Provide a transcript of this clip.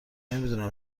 نمیدونم